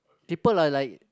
people are like